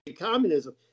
communism